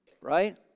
right